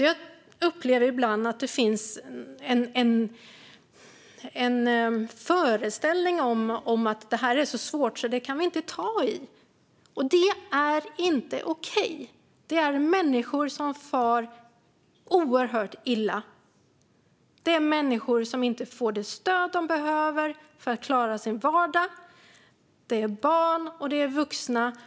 Jag upplever ibland att det finns en föreställning om att detta är så svårt att man inte kan ta i det. Det är inte okej. Detta handlar om människor som far oerhört illa, människor som inte får det stöd de behöver för att klara sin vardag. Det är barn, och det är vuxna.